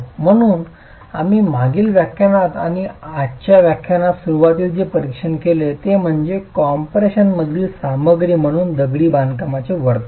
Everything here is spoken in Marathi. म्हणून आम्ही मागील व्याख्यानात आणि आजच्या व्याख्यानात सुरुवातीस जे परीक्षण केले ते म्हणजे कॉम्प्रेशनमधील सामग्री म्हणून दगडी बांधकामाचे वर्तन